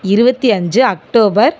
இருபத்தி அஞ்சு அக்டோபர்